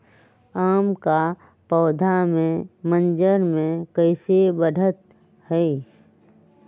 आम क पौधा म मजर म कैसे बढ़त होई?